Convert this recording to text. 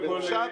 רוצה